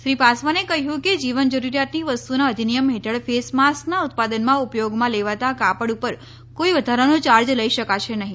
શ્રી પાસવાને કહ્યું કે જીવન જરૂરીયાતની વસ્તુઓના અધિનિયમ હેઠળ ફેસ માસ્કના ઉત્પાદનમાં ઉપયોગમાં લેવાતા કાપડ ઉપર કોઇ વધારાનો ચાર્જ લઇ શકાશે નહી